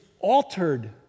altered